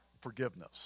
Forgiveness